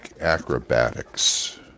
acrobatics